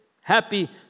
happy